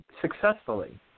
successfully